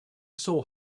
saw